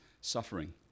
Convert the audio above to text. suffering